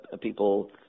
people